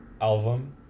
album